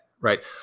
right